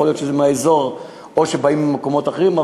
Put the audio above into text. יכול להיות שזה מהאזור, או שבאים ממקומות אחרים.